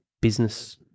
business